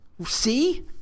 See